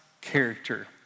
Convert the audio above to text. character